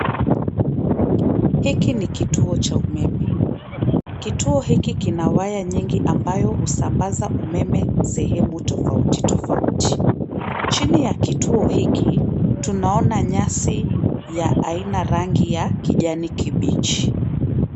Hiki ni kituo cha umeme. Kituo hiki kina waya nyingi ambayo husambaza umeme sehemu tofauti tofauti. Chini ya kituo hiki, tunaona nyasi ya aina rangi ya kijani kibichi.